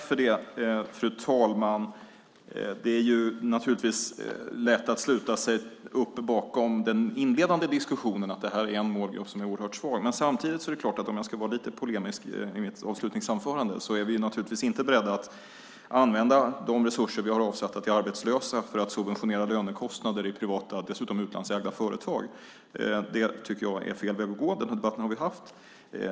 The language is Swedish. Fru talman! Det är naturligtvis lätt att sluta upp bakom den inledande diskussionen, att det här är en målgrupp som är oerhört svår. Samtidigt, om jag ska vara lite polemisk i mitt avslutningsanförande, är vi naturligtvis inte beredda att använda de resurser vi har avsatt till arbetslösa för att subventionera lönekostnader i privata, dessutom utlandsägda företag. Det tycker jag är fel väg att gå. Den debatten har vi haft.